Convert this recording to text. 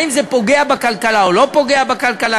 האם זה פוגע בכלכלה או לא פוגע בכלכלה,